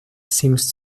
seems